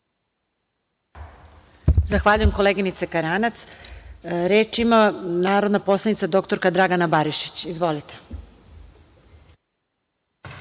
Zahvaljujem, koleginice Karanac. Reč ima narodna poslanica dr Dragana Barišić. Izvolite.